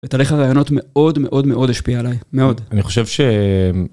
תהליך הראיונות מאוד מאוד מאוד השפיע עלי, מאוד. אני חושב ש...